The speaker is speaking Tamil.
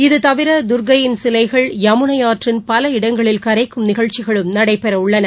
இது தவிரதர்க்கையின் சிலைகள் யமுனைஆற்றின் பல இடங்களில் கரைக்கும் நிகழ்ச்சிகளும் நடைபெறவுள்ளன